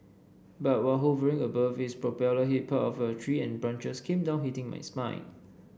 but while hovering above its propeller hit part of a tree and branches came down hitting my spine